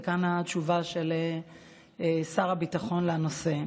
וכאן התשובה של שר הביטחון לנושא: